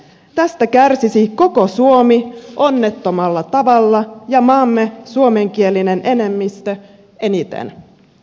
tästä kärsisi koko suomi onnettomalla tavalla ja maamme suomenkielinen enemmistö eniten